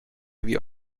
wie